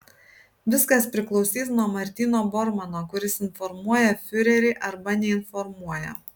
viskas priklausys nuo martyno bormano kuris informuoja fiurerį arba neinformuoja